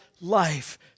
life